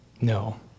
No